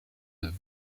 neuve